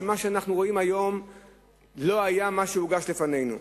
מה שאנחנו רואים היום הוא לא מה שהוגש לפנינו.